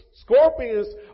Scorpions